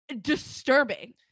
disturbing